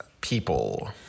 people